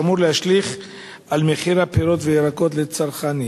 שאמור להשליך זאת על מחיר הפירות והירקות לצרכנים?